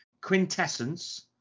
Quintessence